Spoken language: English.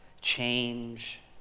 change